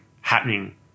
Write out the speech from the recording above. happening